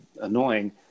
annoying